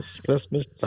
Christmas